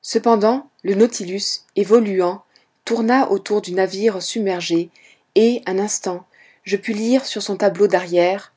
cependant le nautilus évoluant tourna autour du navire submergé et un instant je pus lire sur son tableau d'arrière